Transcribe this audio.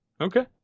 Okay